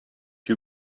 you